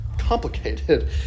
complicated